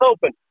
Open